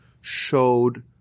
showed